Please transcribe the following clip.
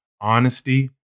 Honesty